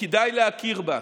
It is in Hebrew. וכדאי להכיר בה.